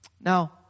Now